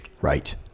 Right